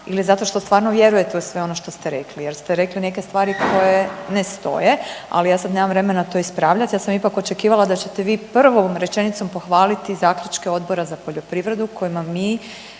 ili zato što stvarno vjerujete u sve ono što ste rekli jer ste rekli neke stvari koje ne stoje, ali ja sad nemam vremena to ispravljati, ja sam ipak očekivala da ćete vi prvom rečenicom pohvaliti zaključke Odbora za poljoprivredu kojima mi